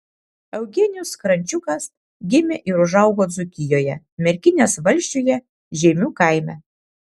eugenijus krančiukas gimė ir užaugo dzūkijoje merkinės valsčiuje žeimių kaime